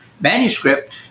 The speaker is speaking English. manuscript